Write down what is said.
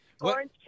Orange